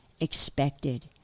expected